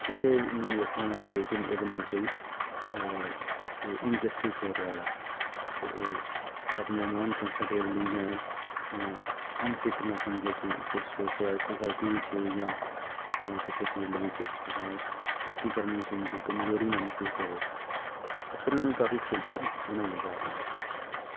ਕਿਸੇ ਨੂੰ ਵੀ ਇਸ ਤਰ੍ਹਾਂ ਨਾ ਲੱਗੇ ਕਿ ਉਹਦੇ ਨਾਲ ਕੋਈ ਇਨਜਸਟਿਸ ਹੋ ਰਿਹਾ ਵੈ ਅਤੇ ਉਹ ਆਪਣੇ ਆਪ ਨੂੰ ਅਨਕੰਫਰਟੇਬਲੀ ਜਾਂ ਅਨਫਿੱਟ ਨਾ ਸਮਝੇ ਕਿ ਸੁਸਾਇਟੀ ਵਿੱਚ ਜਾਂ ਕਿਸੇ ਫੀਲਡ ਵਿੱਚ ਅਗਾਉਂ ਤਰੱਕੀ ਕਰਨ ਵਿੱਚ ਉਹਨੂੰ ਕੋਈ ਕਮਜ਼ੋਰੀ ਨਾ ਮਹਿਸੂਸ ਹੋਵੇ ਇਸ ਤਰ੍ਹਾਂ ਨਾਲ ਕਾਫੀ ਫੈਸਿਲਿਟੀਆਂ ਬਣਾਈਆਂ ਜਾ ਰਹੀਆਂ